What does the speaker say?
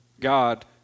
God